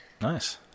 Nice